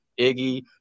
Iggy